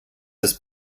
ist